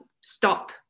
stop